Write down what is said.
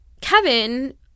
Kevin